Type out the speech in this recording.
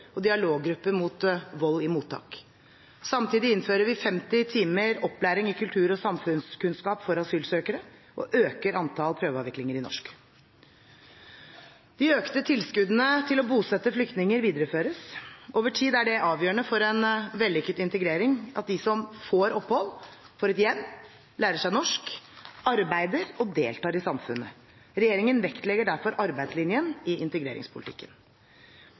og dialoggrupper mot vold i mottak. Samtidig innfører vi 50 timer opplæring i kultur- og samfunnskunnskap for asylsøkere, og øker antall prøveavviklinger i norsk. De økte tilskuddene til å bosette flyktninger videreføres. Over tid er det avgjørende for en vellykket integrering at de som får opphold, får et hjem, lærer seg norsk, arbeider og deltar i samfunnet. Regjeringen vektlegger derfor arbeidslinjen i integreringspolitikken. Men vi skal være ærlige på at høy innvandring utfordrer integreringspolitikken